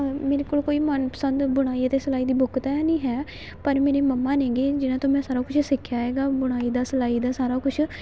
ਮੇਰੇ ਕੋਲ ਕੋਈ ਮਨਪਸੰਦ ਬੁਣਾਈ ਅਤੇ ਸਿਲਾਈ ਦੀ ਬੁੱਕ ਤਾਂ ਨਹੀਂ ਹੈ ਪਰ ਮੇਰੇ ਮੰਮਾ ਨੇਗੇ ਜਿਹਨਾਂ ਤੋਂ ਮੈਂ ਸਾਰਾ ਕੁਛ ਸਿੱਖਿਆ ਹੈਗਾ ਬੁਣਾਈ ਦਾ ਸਿਲਾਈ ਦਾ ਸਾਰਾ ਕੁਛ